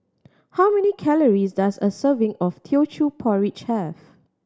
how many calories does a serving of Teochew Porridge have